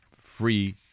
free